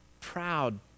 proud